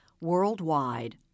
worldwide